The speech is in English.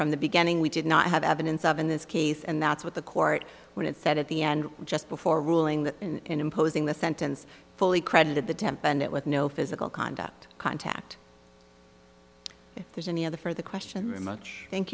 from the beginning we did not have evidence of in this case and that's what the court when it said at the end just before ruling that in imposing the sentence fully credited the temp and it with no physical conduct contact if there's any other for the question that much thank